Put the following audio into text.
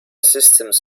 systems